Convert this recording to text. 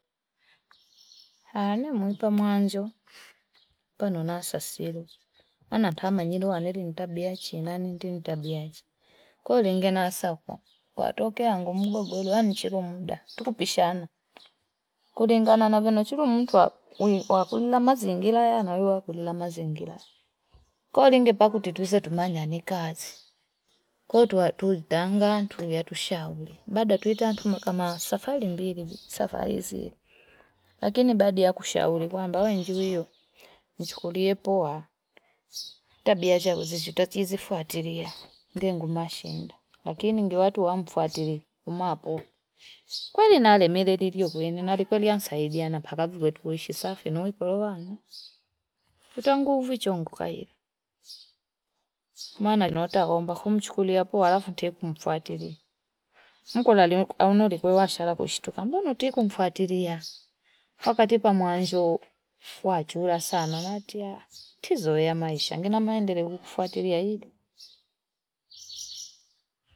Hane mwipa mwanjo, pano nasasiru. Anatama nyilu waneri nita biatchi na ninti nita biatchi. Kwa linge na safa, kwa tokea ngumbo gulu, anichiru muda, tukupishana. Kulingana navenochiru mtu wakulila mazi ingila ya na wakulila mazi ingila. Kwa linge pakuti tuzetumanya ni kazi. Kwa tu tundanga, tu yatushawli. Bada tuitatuma kama safali mbili, safalizi. Lakini bada ya kushawli, kwa mbawe njiu yu, nchukulie poa. Hita biaja uzizi, tutatizi, fuatiria. Ndengu mashenda. Lakini njiu atu wa mpufuatiri, umapotu. Kweli na ale mire dirio kwenye, narikweli ansahibia na pakazibu wetu usisafi. Ino wikolo wangu. Tutangu uvichongu kai. Mana nota iombwa nchukulie poa. Alafu ite kumfuatiria. mkolanulo we shara kumstukia mbona utaki kumfatilia hapa toka mwanzoo wachula sana watia kuzoea maisha kuna maendeleo kukufuatilia i.